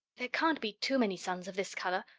there can't be too many suns of this color,